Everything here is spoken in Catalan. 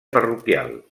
parroquial